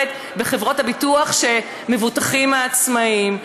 בחברות הביטוח שבהן מבוטחים העצמאים.